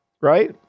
right